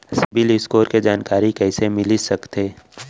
CIBIL score के जानकारी कइसे मिलिस सकथे?